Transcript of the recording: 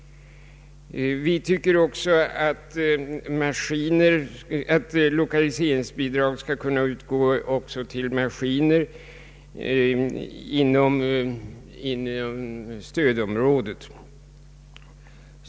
Vi tycker också att lokaliseringsbi drag skall kunna utgå till maskinanskaffning inom stödområdet.